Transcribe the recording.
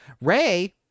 Ray